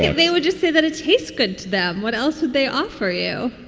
yeah they would just say that it tastes good to them what else would they offer you?